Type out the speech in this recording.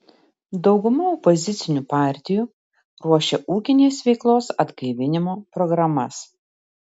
dauguma opozicinių partijų ruošia ūkinės veiklos atgaivinimo programas